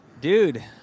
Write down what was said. Dude